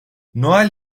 noel